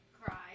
cry